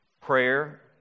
prayer